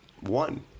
one